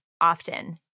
often